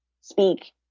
speak